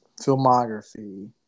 filmography